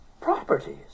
properties